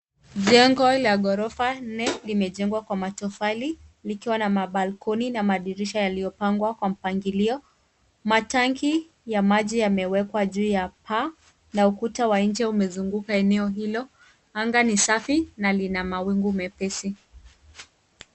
Jengo la ghorofa nne limejengwa kwa matofali likiwa na balconies na madirisha yaliyopangwa kwa mpangilio. Matangi ya maji yamewekwa juu ya paa na ukuta wa nje umezunguka eneo hilo. Anga ni safi na lina mawingu mepesi.